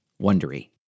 wondery